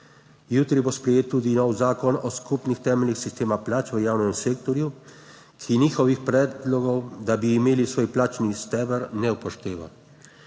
Jutri bo sprejet tudi nov zakon o skupnih temeljih sistema plač v javnem sektorju, ki njihovih predlogov, da bi imeli svoj plačni steber, ne upošteva.